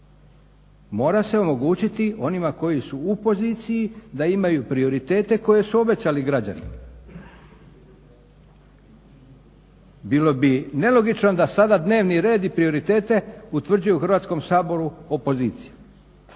Mora se omogućiti onima koji su u poziciji da imaju prioritete koje su obećali građanima. Bilo bi nelogično da sada dnevni red i prioritete utvrđuju u Hrvatskom sabor opozicija,